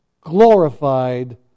glorified